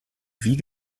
wie